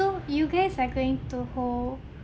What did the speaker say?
so you guys are going to hold